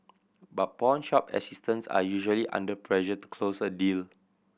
but pawnshop assistants are usually under pressure to close a deal